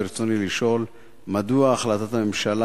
רצוני לשאול: 1. מדוע לא מומשה החלטת הממשלה?